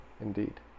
Indeed